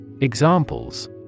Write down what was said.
Examples